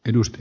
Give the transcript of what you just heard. edusti